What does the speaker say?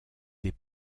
des